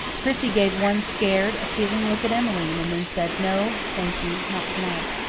prissy gave one scared, appealing look at emmeline and then said, no, thank you, not to-night.